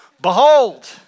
Behold